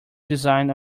design